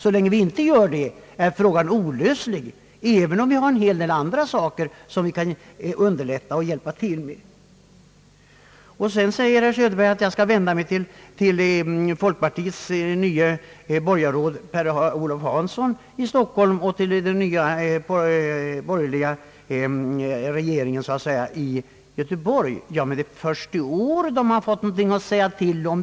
Så länge vi inte gör det är problemet olösligt, även om det finns andra sätt att delvis underlätta problemen. Herr Söderberg säger också att jag skall vända mig till folkpartiets nya borgarråd, herr Per-Olof Hanson i Stockholm, och till den nya borgerliga »regeringen» i Göteborg. Ja, men det är ju först i år som de borgerliga på dessa platser fått någonting att säga till om.